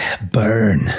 burn